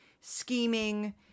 scheming